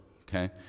okay